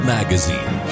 Magazine